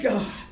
God